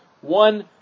One